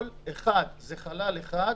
אנו רוצים לעשות פה שני תיקונים נקודתיים: האחד,